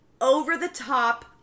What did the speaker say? over-the-top